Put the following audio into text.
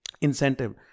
incentive